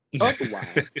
otherwise